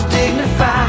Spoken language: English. dignified